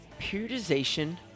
periodization